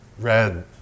Red